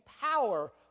power